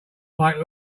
like